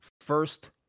first